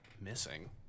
missing